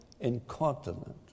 incontinent